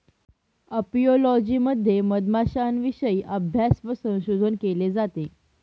apiology मध्ये मधमाश्यांविषयी अभ्यास व संशोधन केले जाते